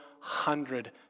Hundred